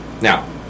Now